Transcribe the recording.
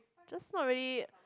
just not really